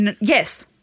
Yes